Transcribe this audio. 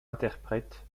interprète